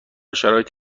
شرایط